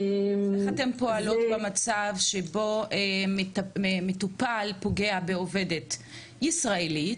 איך אתן פועלות במצב שבו מטופל פוגע בעובדת ישראלית